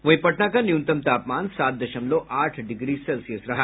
वहीं पटना का न्यूनतम तापमान सात दशमलव आठ डिग्री सेल्सियस रहा